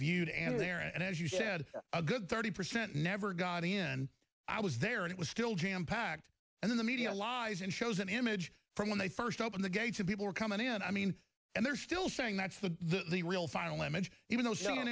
viewed and there and as you said a good thirty percent never got in i was there and it was still jam packed and in the media lies and shows an image from when they first open the gates of people coming in i mean and they're still saying that's the real final image even though some o